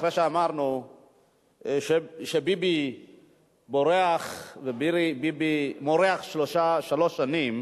אחרי שאמרנו שביבי בורח וביבי מורח שלוש שנים,